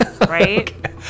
right